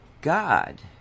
God